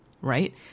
right